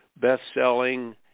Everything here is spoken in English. best-selling